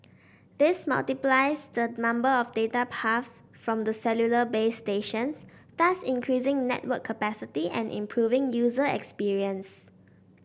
this multiplies the number of data paths from the cellular base stations thus increasing network capacity and improving user experience